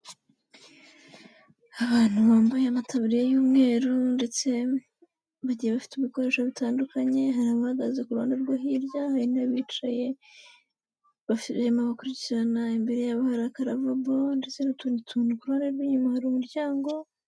Abantu bambaye amataburiya y'umweru ndetse bagiye bafite ibikoresho bitandukanye, hari abahagaze ku ruhande rwe hirya no hino bicaye, bafima bakurikirana imbere yabo hari akaravabo ndetse n'utundi tuntu coleni, inyuma hari umuryango.